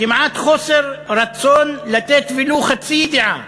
מעט חוסר רצון לתת ולו חצי ידיעה